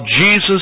Jesus